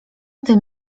tym